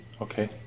Okay